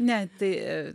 ne tai